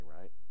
right